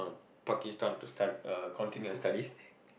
Pakistan to stu~ uh continue her studies